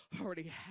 already